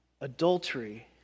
adultery